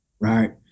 Right